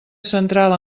central